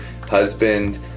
husband